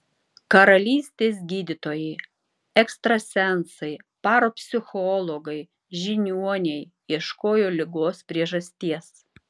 karalystės gydytojai ekstrasensai parapsichologai žiniuoniai ieškojo ligos priežasties